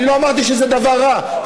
אני לא אמרתי שזה דבר רע,